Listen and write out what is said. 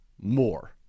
More